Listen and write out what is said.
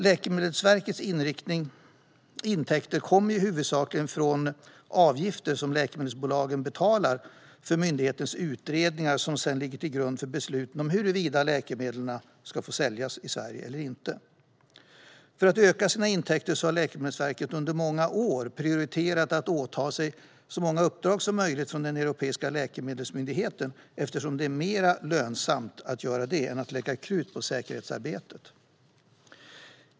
Läkemedelsverkets intäkter kommer huvudsakligen från avgifter som läkemedelsbolagen betalar för myndighetens utredningar, som sedan ligger till grund för besluten om huruvida läkemedlen ska få säljas i Sverige eller inte. För att öka sina intäkter har Läkemedelsverket under många år prioriterat att åta sig så många uppdrag som möjligt från Europeiska läkemedelsmyndigheten eftersom det är mer lönsamt att göra det än att lägga krut på säkerhetsarbetet.